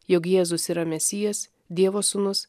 jog jėzus yra mesijas dievo sūnus